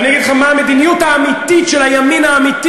אני אגיד לך מה המדיניות האמיתית של הימין האמיתי,